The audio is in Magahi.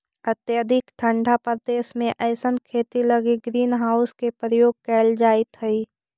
अत्यधिक ठंडा प्रदेश में अइसन खेती लगी ग्रीन हाउस के प्रयोग कैल जाइत हइ